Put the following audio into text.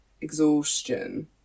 Exhaustion